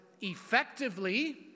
effectively